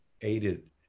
aided